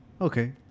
Okay